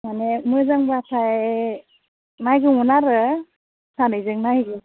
माने मोजां बाथाय नायगौमोन आरो सानैजों नायहैगोन